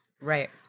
right